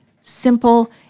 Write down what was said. simple